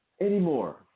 anymore